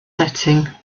setting